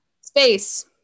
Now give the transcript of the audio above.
space